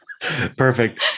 Perfect